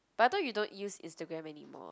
but I thought you don't use Instagram anymore